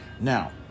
Now